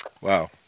wow